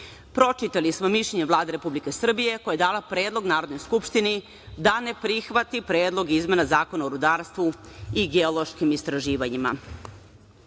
litijuma. Pročitali smo mišljenje Vlade Republike Srbije koja je dala predlog Narodnoj skupštini da ne prihvati Predlog izmena Zakona o rudarstvu i geološkim istraživanjima.